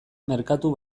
merkatu